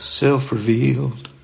self-revealed